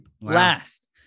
Last